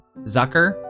Zucker